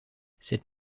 cette